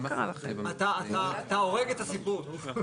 אראה לכם כמה דברים כאלה שהוחלטו ולא קרה איתם כלום,